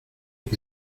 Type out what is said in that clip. que